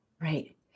Right